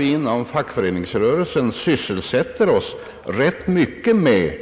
Inom fackföreningsrörelsen sysselsätter vi oss rätt mycket med